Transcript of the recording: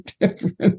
different